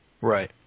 Right